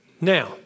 Now